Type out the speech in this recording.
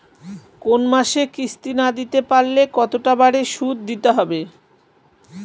কোন মাসে কিস্তি না দিতে পারলে কতটা বাড়ে সুদ দিতে হবে?